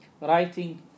writing